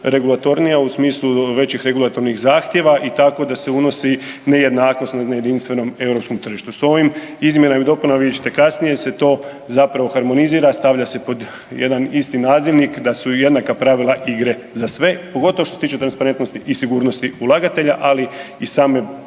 u smislu većih regulatornih zahtjeva i tako da se unosi nejednakost na jedinstvenom europskom tržištu. S ovim izmjenama i dopunama vidjet ćete kasnije to se zapravo harmonizira, stavlja se pod jedan isti nazivnik da su jednaka pravila igre za sve, pogotovo što se tiče transparentnosti i sigurnosti ulagatelja, ali i samih